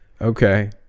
Okay